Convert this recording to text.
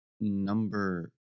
number